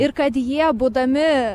ir kad jie būdami